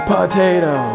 Potato